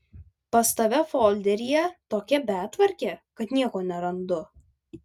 pas tave folderyje tokia betvarkė kad nieko nerandu